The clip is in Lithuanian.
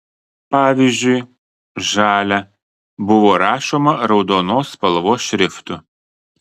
pavyzdžiui žalia buvo rašoma raudonos spalvos šriftu